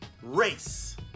race